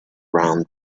round